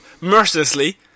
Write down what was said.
mercilessly